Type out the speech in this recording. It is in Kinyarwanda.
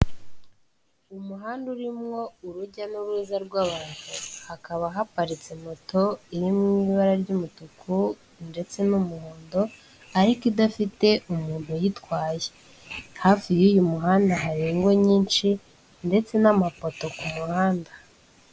Umuhanda urimo urujya n'uruza rw'abantu. Hakaba haparitse moto iri mu ibara ry'umutuku ndetse n'umuhondo, ariko idafite umuntu uyitwaye. Hafi y'uyu muhanda hari ingo nyinshi ndetse n'amapoto ku muhanda.